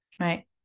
Right